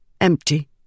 empty